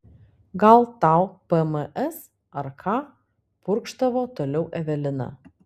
gal tau pms ar ką purkštavo toliau evelina